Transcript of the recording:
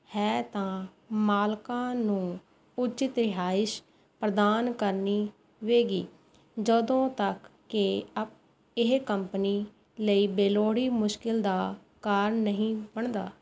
ਹੈ ਤਾਂ ਮਾਲਕਾਂ ਨੂੰ ਉਚਿਤ ਰਿਹਾਇਸ਼ ਪ੍ਰਦਾਨ ਕਰਨੀ ਜਦੋਂ ਤੱਕ ਕਿ ਇਹ ਕੰਪਨੀ ਲਈ ਬੇਲੋੜੀ ਮੁਸ਼ਕਿਲ ਦਾ ਕਾਰਨ ਨਹੀਂ ਬਣਦਾ